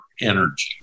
energy